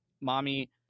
mommy